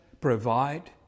provide